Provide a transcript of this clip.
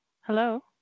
Hello